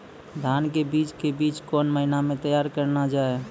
धान के बीज के बीच कौन महीना मैं तैयार करना जाए?